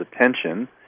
attention